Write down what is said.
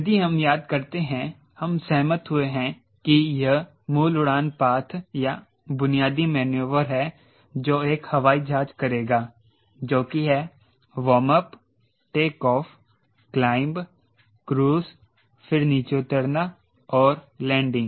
यदि हम याद करते हैं हम सहमत हुए हैं कि यह मूल उड़ान पाथ या बुनियादी मैन्यूवर है जो एक हवाई जहाज करेगा जो की है warm up takeoff climb cruise फिर नीचे उतरना और लैंडिंग